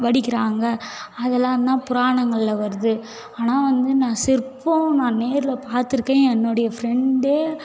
வடிக்கிறாங்க அதெலாந்தான் புராணங்களில் வருது ஆனால் வந்து நான் சிற்பம் நான் நேரில் பார்த்துருக்கேன் என்னுடைய ஃப்ரெண்டே